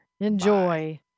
Enjoy